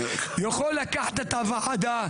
יכול לקחת את הוועדה,